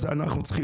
אנחנו מגייסים